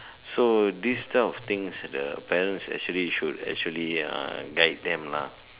so this type of things the parents actually should actually uh guide them lah